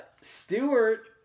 Stewart